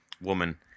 woman